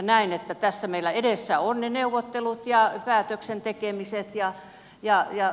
näen että tässä meillä edessä ovat neuvottelut ja päätöksen tekemiset